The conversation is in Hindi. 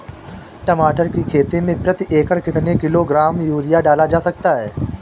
टमाटर की खेती में प्रति एकड़ कितनी किलो ग्राम यूरिया डाला जा सकता है?